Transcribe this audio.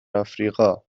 آفریقا